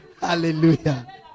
Hallelujah